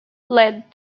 led